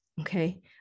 okay